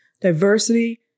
diversity